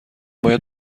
باید